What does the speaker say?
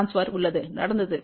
power transfer உள்ளது நடந்தது